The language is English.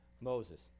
moses